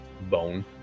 bone